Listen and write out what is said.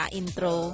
intro